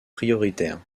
prioritaires